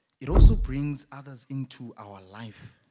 it also brings others into our life